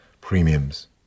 premiums